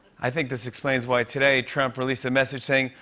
i think this explains why today trump released a message saying,